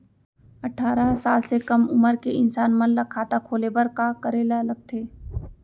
अट्ठारह साल से कम उमर के इंसान मन ला खाता खोले बर का करे ला लगथे?